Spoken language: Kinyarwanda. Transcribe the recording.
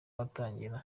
watangira